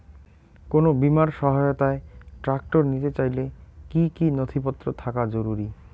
কোন বিমার সহায়তায় ট্রাক্টর নিতে চাইলে কী কী নথিপত্র থাকা জরুরি?